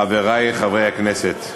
חברי חברי הכנסת,